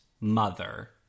mother